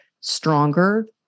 stronger